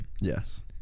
Yes